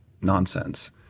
nonsense